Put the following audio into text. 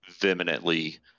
vehemently